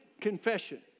confession